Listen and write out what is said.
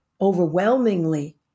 overwhelmingly